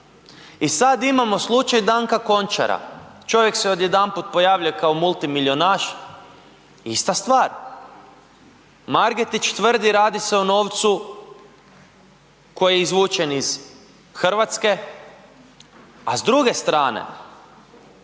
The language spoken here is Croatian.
I sad imamo slučaj Danka Končara, čovjek se odjedanput pojavljuje kao multimilijunaš, ista stvar. Margetić tvrdi radi se o novcu koji je izvučen iz Hrvatske, a s druge strane